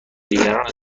دیگران